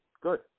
Good